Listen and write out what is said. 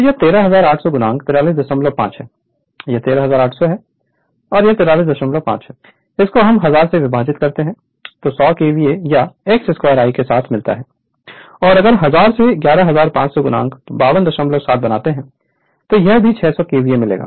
तो यह 13800 435 है यह 13800 है यह 435 1000 से विभाजित है 600 केवीए या X2I के साथ मिलता है अगर 1000 से 11500 527 बनाते हैं तो यहां भी 600 केवीए मिलेगा